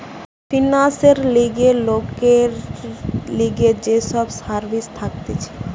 ফিন্যান্সের লিগে লোকের লিগে যে সব সার্ভিস থাকতিছে